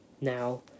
Now